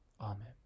Amen